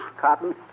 Cotton